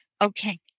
Okay